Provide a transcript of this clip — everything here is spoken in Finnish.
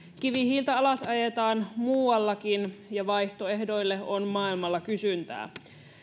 kivihiiltä alasajetaan muuallakin ja vaihtoehdoille on maailmalla kysyntää